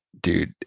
dude